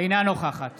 אינה נוכחת